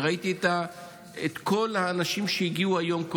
וראיתי את כל האנשים שהגיעו היום,